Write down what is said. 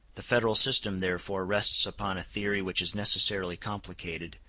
the federal system therefore rests upon a theory which is necessarily complicated,